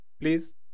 please